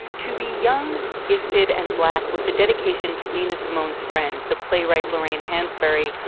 to be young, gifted and black was a dedication to nina simone's friend, the playwright lorraine hansberry,